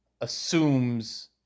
assumes